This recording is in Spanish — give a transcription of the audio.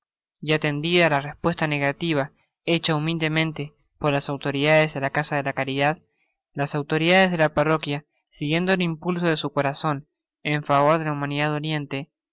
y atendida la respuesta negativa hecha humildemente or las autoridades de la casa de la caridad las autoridades de la parroquia siguiendo el impulso de su corazon en favor de la humanidad doliente